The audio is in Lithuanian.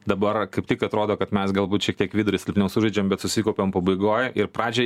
dabar kaip tik atrodo kad mes galbūt šiek tiek vidurį silpniau sužaidžiam bet susikaupiam pabaigoj ir pradžiai